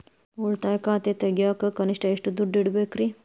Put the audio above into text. ಉಳಿತಾಯ ಖಾತೆ ತೆಗಿಯಾಕ ಕನಿಷ್ಟ ಎಷ್ಟು ದುಡ್ಡು ಇಡಬೇಕ್ರಿ?